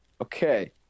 Okay